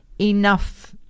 enough